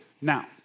Now